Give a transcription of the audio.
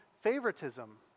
favoritism